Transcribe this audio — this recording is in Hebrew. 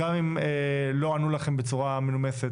גם אם לא ענו לכם בצורה מנומסת,